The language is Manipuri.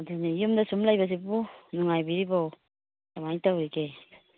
ꯑꯗꯨꯅꯤ ꯌꯨꯝꯗ ꯁꯨꯝ ꯂꯩꯕꯁꯤꯕꯨ ꯅꯨꯡꯉꯥꯏꯕꯤꯔꯤꯕꯣ ꯀꯃꯥꯏꯅ ꯇꯧꯔꯤꯒꯦ